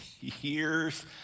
years